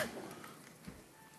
בבקשה, אדוני.